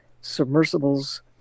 submersibles